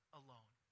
alone